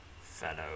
fellow